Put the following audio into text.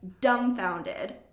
dumbfounded